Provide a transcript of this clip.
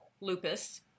lupus